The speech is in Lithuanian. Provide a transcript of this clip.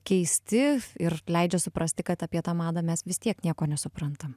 keisti ir leidžia suprasti kad apie tą madą mes vis tiek nieko nesuprantam